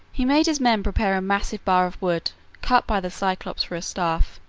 he made his men prepare a massive bar of wood cut by the cyclops for a staff,